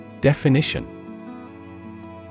Definition